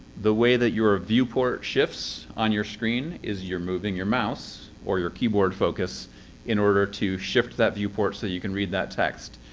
the way that your viewport shifts on your screen is you're moving your mouse or your keyboard focus in order to shift that viewport, so you can read that text.